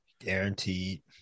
Guaranteed